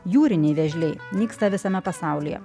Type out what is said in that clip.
jūriniai vėžliai nyksta visame pasaulyje